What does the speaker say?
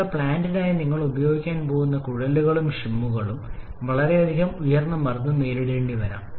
നിങ്ങളുടെ പ്ലാന്റിനായി നിങ്ങൾ ഉപയോഗിക്കാൻ പോകുന്ന കുഴലുകളും ഷിമ്മുകളും വളരെയധികം ഉയർന്ന മർദ്ദം നേരിടേണ്ടിവരാം